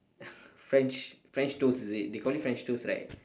french french toast is it they call it french toast right